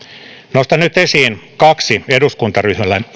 nostan nyt esiin kaksi eduskuntaryhmällemme